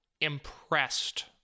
impressed